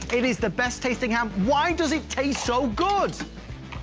it is the best tasting ham. why does it taste so good?